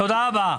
תודה רבה.